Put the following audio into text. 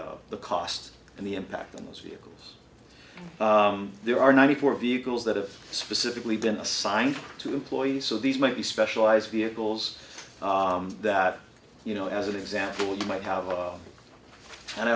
the cost and the impact on those vehicles there are ninety four vehicles that have specifically been assigned to employees so these might be specialized vehicles that you know as an example you might have